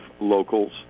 locals